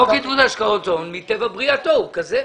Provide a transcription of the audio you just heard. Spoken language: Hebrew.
חוק עידוד השקעות הון, מטבע בריאתו הוא כזה.